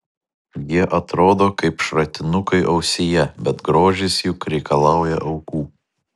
jie atrodo kaip šratinukai ausyje bet grožis juk reikalauja aukų